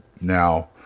Now